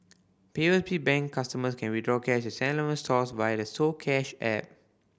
P O B Bank customers can withdraw cash Seven Eleven stores via the soCash app